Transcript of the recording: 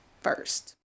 first